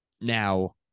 Now